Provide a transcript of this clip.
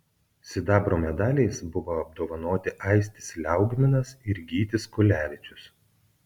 sidabro medaliais buvo apdovanoti aistis liaugminas ir gytis kulevičius